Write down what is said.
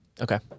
Okay